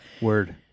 Word